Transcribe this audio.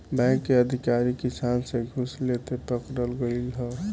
bank के अधिकारी किसान से घूस लेते पकड़ल गइल ह